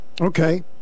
Okay